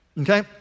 Okay